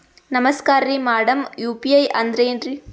ನಮಸ್ಕಾರ್ರಿ madam UPI ಅಂದ್ರೆನ್ರಿ?